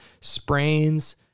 sprains